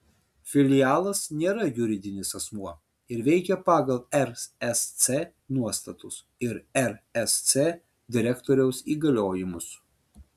filialas nėra juridinis asmuo ir veikia pagal rsc nuostatus ir rsc direktoriaus įgaliojimus